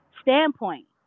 standpoint